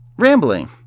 rambling